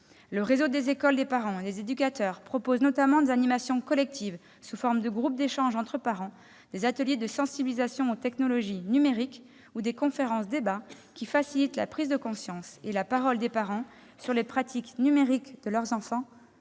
Le réseau des Écoles des parents et des éducateurs propose notamment des animations collectives sous forme de groupes d'échanges entre parents, des ateliers de sensibilisation aux technologies numériques ou des conférences-débats qui facilitent la prise de conscience et la parole des parents sur les pratiques numériques de leurs enfants,